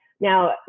Now